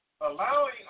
allowing